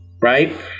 right